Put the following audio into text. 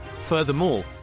Furthermore